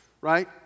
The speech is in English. right